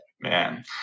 Man